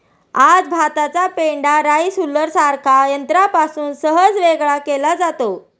आज भाताचा पेंढा राईस हुलरसारख्या यंत्रापासून सहज वेगळा केला जातो